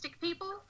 people